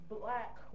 black